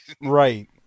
Right